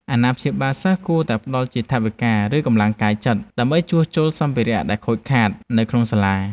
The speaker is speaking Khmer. អាណាព្យាបាលសិស្សគួរតែផ្តល់ជាថវិកាឬកម្លាំងកាយចិត្ត ដើម្បីជួយជួសជុលសម្ភារៈដែលខូចខាតនៅក្នុងសាលា។